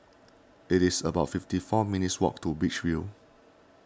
it is about fifty four minutes' walk to Beach View